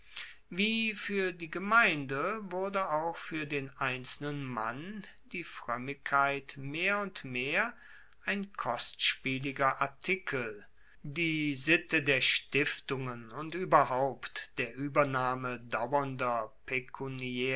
wie fuer die gemeinde wurde auch fuer den einzelnen mann die froemmigkeit mehr und mehr ein kostspieliger artikel die sitte der stiftungen und ueberhaupt der uebernahme dauernder